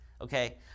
okay